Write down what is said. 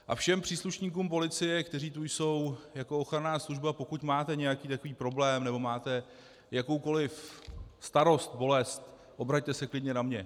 A všem příslušníkům policie, kteří tu jsou jako ochranná služba: pokud máte nějaký takový problém nebo máte jakoukoliv starost, bolest, obraťte se klidně na mě.